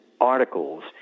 articles